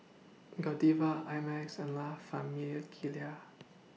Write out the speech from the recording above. Godiva I Max and La Famiglia